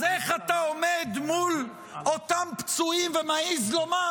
אז איך אתה עומד מול אותם פצועים ומעז לומר